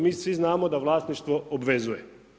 Mi svi znamo da vlasništvo obvezuje.